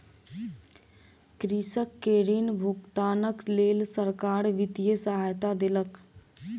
कृषक के ऋण भुगतानक लेल सरकार वित्तीय सहायता देलक